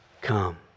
come